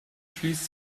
schließt